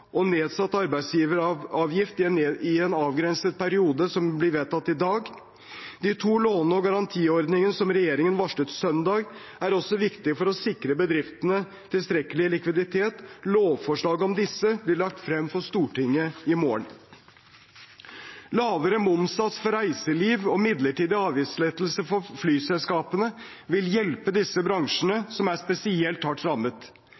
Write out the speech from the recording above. og nedsatt arbeidsgiveravgift i en avgrenset periode blir vedtatt i dag. De to låne- og garantiordningene som regjeringen varslet søndag, er også viktige for å sikre bedriftene tilstrekkelig likviditet. Lovforslaget om disse blir lagt frem for Stortinget i morgen. Lavere momssats for reiseliv og midlertidig avgiftslettelse for flyselskapene vil hjelpe disse bransjene, som er spesielt hardt rammet.